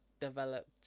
developed